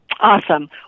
Awesome